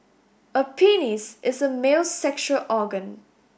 a penis is a male's sexual organ